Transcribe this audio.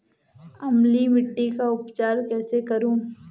अम्लीय मिट्टी का उपचार कैसे करूँ?